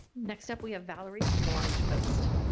next up we have valerie from the long beach post.